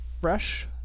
Fresh